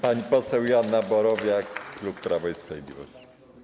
Pani poseł Joanna Borowiak, Klub Prawo i Sprawiedliwość.